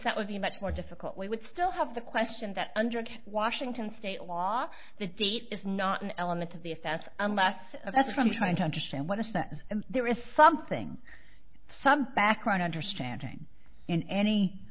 that would be much more difficult we would still have the question that under washington state law the date is not an element of the if that's unless that's from trying to understand what is that there is something some background understanding in any